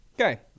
Okay